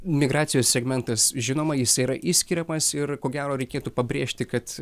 migracijos segmentas žinoma jis yra išskiriamas ir ko gero reikėtų pabrėžti kad